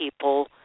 people